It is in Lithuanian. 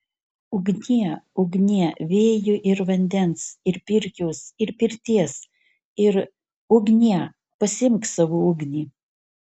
ugnie ugnie vėjo ir vandens ir pirkios ir pirties ir ugnie pasiimk savo ugnį